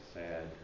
sad